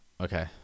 Okay